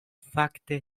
fakte